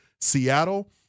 Seattle